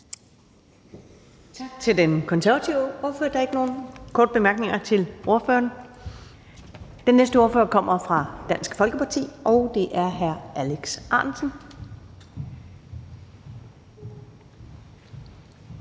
Tak til den konservative ordfører. Der er ikke nogen korte bemærkninger til ordføreren. Den næste ordfører kommer fra Dansk Folkeparti, og det er hr. Alex Ahrendtsen.